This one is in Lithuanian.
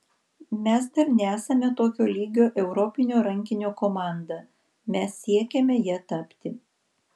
mes dar nesame tokio lygio europinio rankinio komanda mes siekiame ja tapti